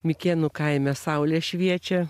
mikėnų kaime saulė šviečia